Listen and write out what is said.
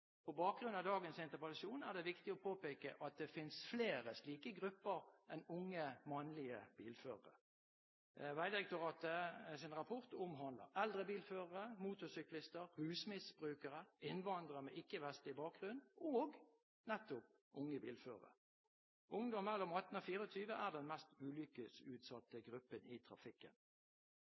På bakgrunn av dagens interpellasjon er det viktig å påpeke at det finnes flere slike grupper enn unge mannlige bilførere. Vegdirektoratets rapport omhandler eldre bilførere, motorsyklister, rusmisbrukere, innvandrere med ikke-vestlig bakgrunn og – nettopp – unge bilførere. Ungdom mellom 18 og 24 år er den mest ulykkesutsatte gruppen i trafikken.